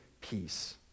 peace